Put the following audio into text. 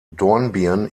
dornbirn